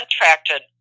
contracted